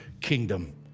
kingdom